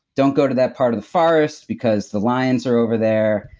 don't go to that part of the forest because the lions are over there.